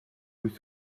wyth